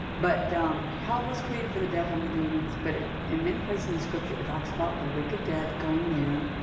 but um hell was created for the devil and the demons but in many places in the scripture it talks about the wicked dead going there.